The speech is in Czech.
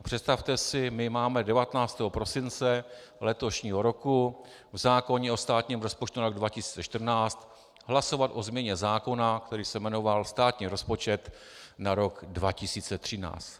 Představte si, my máme 19. prosince letošního roku v zákonu o státním rozpočtu na rok 2014 hlasovat o změně zákona, který se jmenoval státní rozpočet na rok 2013.